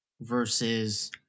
versus